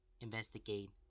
Investigate